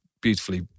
beautifully